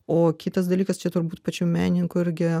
o kitas dalykas čia turbūt pačių menininkų irgi